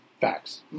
Facts